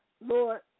Lord